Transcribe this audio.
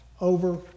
over